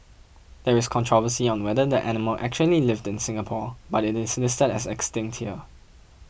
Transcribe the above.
there is controversy on whether the animal actually lived in Singapore but it is listed as Extinct here